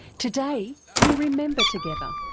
today we remember together.